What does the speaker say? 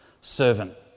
servant